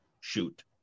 shoot